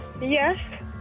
Yes